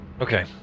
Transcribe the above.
Okay